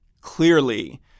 clearly